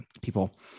people